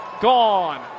gone